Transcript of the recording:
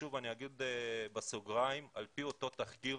שוב אני אומר בסוגריים שעל פי אותו תחקיר,